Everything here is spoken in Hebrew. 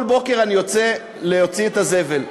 כל בוקר אני יוצא להוציא את הזבל.